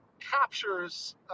captures